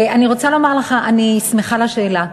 אני רוצה לומר לך שאני שמחה על השאלה.